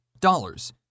dollars